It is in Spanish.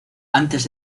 antes